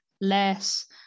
less